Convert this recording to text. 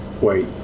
Wait